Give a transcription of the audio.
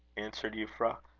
answered euphra.